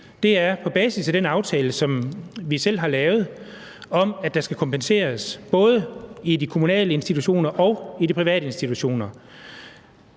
på basis af den aftale, som vi selv har lavet, om, at der skal kompenseres både i de kommunale institutioner og i de private institutioner,